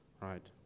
Right